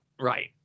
Right